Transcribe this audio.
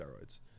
steroids